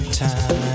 time